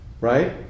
right